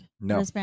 No